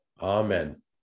Amen